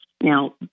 Now